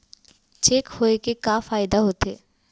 Cheque होए के का फाइदा होथे?